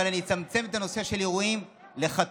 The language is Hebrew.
אבל אני אצמצם את הנושא של אירועים לחתונות.